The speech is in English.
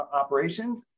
operations